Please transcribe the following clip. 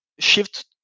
shift